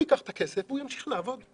הוא ייקח את הכסף והוא ימשיך לעבוד.